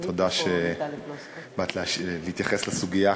תודה שבאת להתייחס לסוגיה.